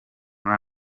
muri